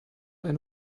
eine